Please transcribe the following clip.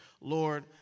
Lord